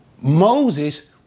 Moses